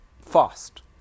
fast